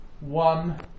one